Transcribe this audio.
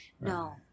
No